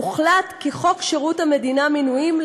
הוחלט כי חוק שירות המדינה (מינויים)